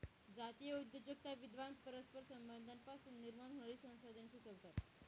जातीय उद्योजकता विद्वान परस्पर संबंधांमधून निर्माण होणारी संसाधने सुचवतात